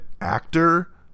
actor